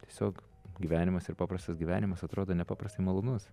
tiesiog gyvenimas ir paprastas gyvenimas atrodo nepaprastai malonus